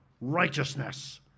righteousness